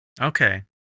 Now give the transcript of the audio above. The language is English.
Okay